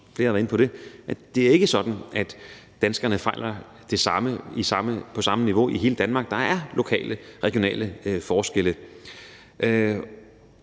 at det ikke er sådan, at danskerne fejler det samme på samme niveau i hele Danmark. Der er lokale, regionale forskelle.